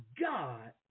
God